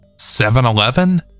7-Eleven